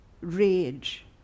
rage